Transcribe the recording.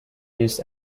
used